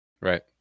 Right